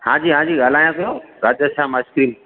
हां हां जी ॻाल्हायां पियो राधे श्याम आइस्क्रीम